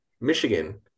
Michigan